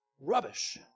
Rubbish